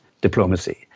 diplomacy